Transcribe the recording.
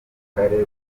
akarere